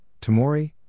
Tamori